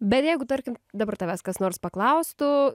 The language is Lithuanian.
bet jeigu tarkim dabar tavęs kas nors paklaustų